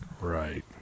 Right